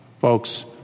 Folks